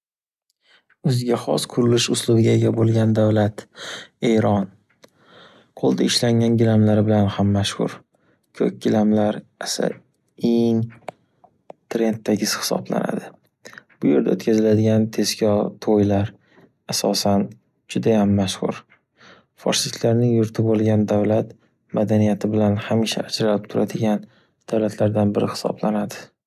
O’ziga xos qurilish uslubiga ega bo’lgan davlat - Eron. Qo’lda ishlangan gilamlari bilan ham mashxur. Ko’k gilamlari asa eng trenddagisi hisoblanadi. Bu yerda o’tkaziladigan tezko to’ylar asosan judayam mashxur. Fashistlarning yurti bo’lgan davlat madaniyati bilan hamisha ajralib turadigan davlatlardan biri hisoblanadi.